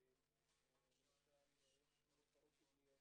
נתמקד בתחום מסוים.